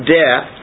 death